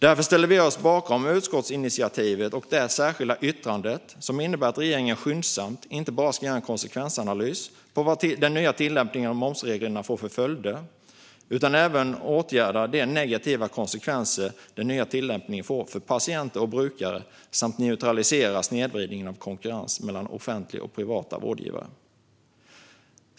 Därför ställer vi oss bakom utskottsinitiativet och det särskilda yttrandet som innebär att regeringen skyndsamt inte bara ska göra en konsekvensanalys av vad den nya tillämpningen av momsreglerna får för följder utan även ska åtgärda de negativa konsekvenser som den nya tillämpningen får för patienter och brukare samt neutralisera snedvridningen av konkurrens mellan offentliga och privata vårdgivare.